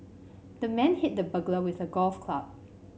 the man hit the burglar with a golf club